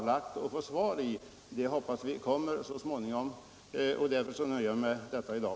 Jag hoppas att det beskedet kommer så småningom, och därför nöjer jag mig med detta i dag.